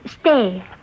stay